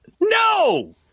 No